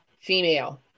female